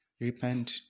Repent